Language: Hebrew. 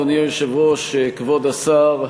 אדוני היושב-ראש, כבוד השר,